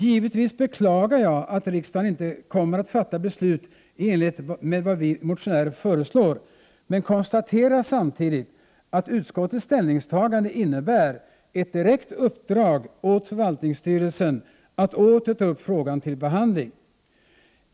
Givetvis beklagar jag att riksdagen inte kommer att fatta beslut i enlighet med vad vi motionärer föreslår, men jag konstaterar samtidigt att utskottets ställningstagande innebär ett direkt uppdrag åt förvaltningsstyrelsen att åter ta upp frågan till behandling.